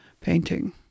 painting